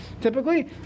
typically